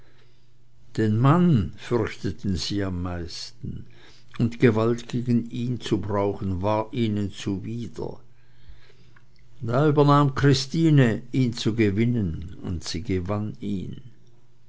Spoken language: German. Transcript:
den mann fürchteten sie am meisten und gewalt gegen ihn zu brauchen war ihnen zuwider da übernahm christine ihn zu gewinnen und sie gewann ihn